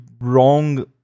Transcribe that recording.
wrong